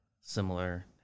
Similar